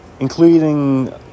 including